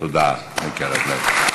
תודה מקרב לב.